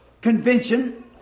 convention